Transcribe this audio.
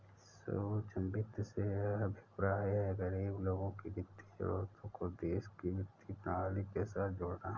सूक्ष्म वित्त से अभिप्राय है, गरीब लोगों की वित्तीय जरूरतों को देश की वित्तीय प्रणाली के साथ जोड़ना